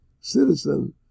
citizen